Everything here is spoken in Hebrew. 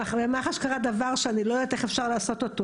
במח"ש קרה דבר שאני לא יודעת איך אפשר לעשות אותו,